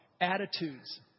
Attitudes